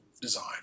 design